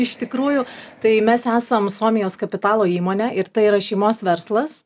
iš tikrųjų tai mes esam suomijos kapitalo įmonė ir tai yra šeimos verslas